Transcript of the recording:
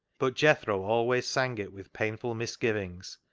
but jethro always sang it with painful misgivings,